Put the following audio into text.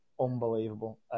unbelievable